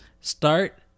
Start